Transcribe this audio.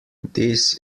this